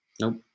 Nope